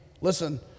listen